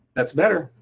that's better.